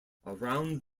around